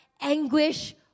anguish